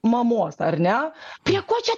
mamos ar ne prie ko čia